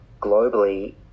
globally